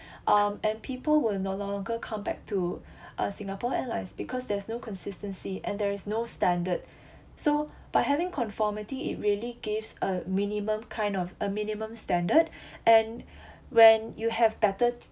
um and people will no longer come to uh Singapore Airlines because there's no consistency and there is no standard so by having conformity it really gives a minimum kind of a minimum standard and when you have better